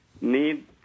need –